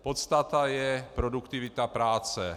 Podstata je produktivita práce.